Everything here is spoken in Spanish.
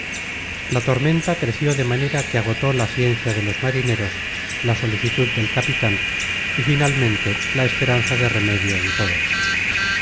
la tormenta creció de manera que agotó la ciencia de los marineros la solicitud del capitan y finalmente la esperanza de remedio en todos